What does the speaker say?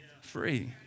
free